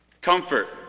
Comfort